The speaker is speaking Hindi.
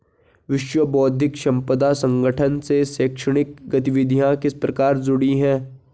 विश्व बौद्धिक संपदा संगठन से शैक्षणिक गतिविधियां किस प्रकार जुड़ी हैं?